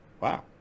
wow